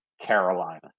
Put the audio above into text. Carolina